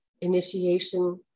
initiation